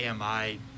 AMI